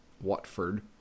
Watford